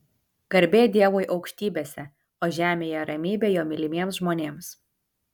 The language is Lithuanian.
garbė dievui aukštybėse o žemėje ramybė jo mylimiems žmonėms